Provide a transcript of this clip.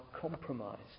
compromised